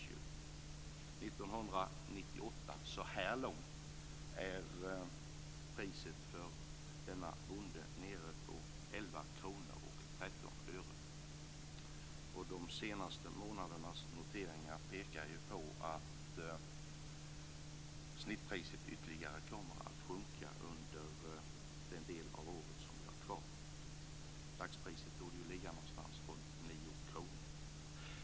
År 1998, så här långt, är priset nere på 11 kr och 13 öre. De senaste månadernas noteringar pekar ju på att snittpriset kommer att sjunka ytterligare under den del av året som vi har kvar. Dagspriset torde ligga någonstans runt 9 kr.